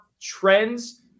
trends